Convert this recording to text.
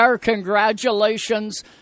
congratulations